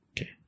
Okay